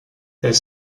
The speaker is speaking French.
elles